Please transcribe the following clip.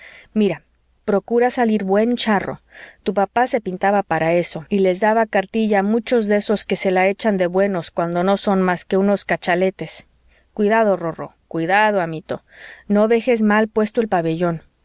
mira procura salir buen charro tu papá se pintaba para eso y les daba cartilla a muchos de esos que se la echan de buenos cuando no son más que unos cachaletes cuidado rorró cuidado amito no dejes mal puesto el pabellón